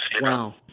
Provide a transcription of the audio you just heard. Wow